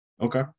Okay